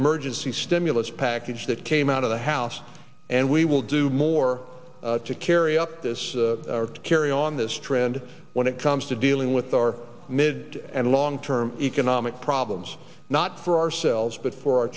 emergency stimulus package that came out of the house and we will do more to carry up this carry on this trend when it comes to dealing with our mid and long term economic problems not for ourselves but for our